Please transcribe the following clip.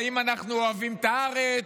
אם אנחנו אוהבים את הארץ,